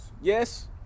Yes